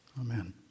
Amen